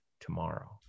tomorrow